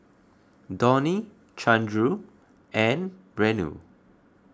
Dhoni Chandra and Renu